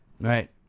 right